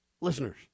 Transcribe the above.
listeners